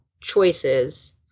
choices